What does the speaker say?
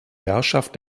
herrschaft